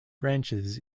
branches